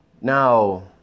Now